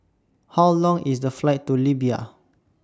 How Long IS The Flight to Libya